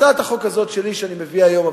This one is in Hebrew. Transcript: הצעת החוק הזאת שלי שאני מביא היום,